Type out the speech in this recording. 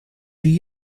zie